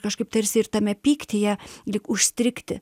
kažkaip tarsi ir tame pyktyje lyg užstrigti